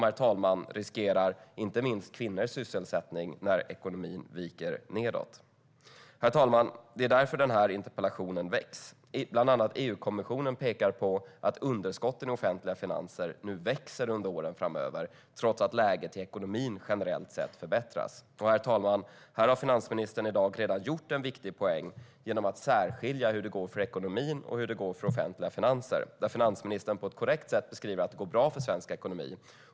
Det riskerar inte minst kvinnors sysselsättning när ekonomin viker nedåt. Herr talman! Det är därför den här interpellationen väckts. Bland andra EU-kommissionen pekar på att underskotten i offentliga finanser kommer att växa under åren framöver, trots att läget i ekonomin generellt sett förbättras. Herr talman! Här har finansministern i dag redan gjort en viktig poäng genom att särskilja hur det går för ekonomin och hur det går för offentliga finanser. Finansministern beskriver på ett korrekt sätt att det går bra för svensk ekonomi.